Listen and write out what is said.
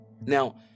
now